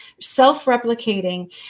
self-replicating